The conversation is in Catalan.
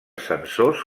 sensors